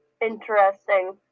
interesting